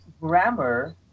grammar